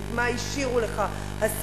את מה שהשאירו לך השרים.